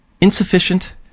Insufficient